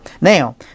Now